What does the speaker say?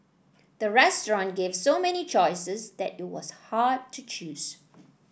the restaurant gave so many choices that it was hard to choose